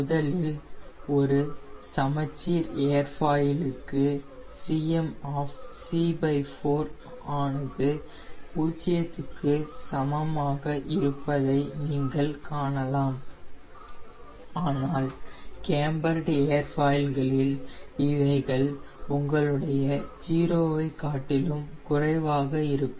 முதலில் ஒரு சமச்சீர் ஏர்ஃபாயிலுக்கு c4 ஆனது பூச்சியத்துக்கு சமமாக இருப்பதை நீங்கள் காணலாம் ஆனால் கேம்பர்டு ஏர்ஃபாயில்களில் இவைகள் உங்களுடைய 0 ஐ காட்டிலும் குறைவாக இருக்கும்